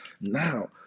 Now